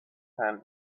tent